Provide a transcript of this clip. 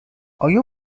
آیا